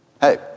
Hey